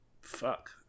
Fuck